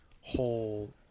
whole